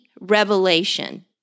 revelation